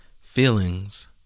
feelings